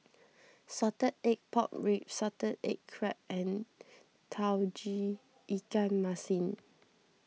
Salted Egg Pork Ribs Salted Egg Crab and Tauge Ikan Masin